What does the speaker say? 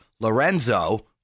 Lorenzo